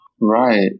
right